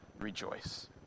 rejoice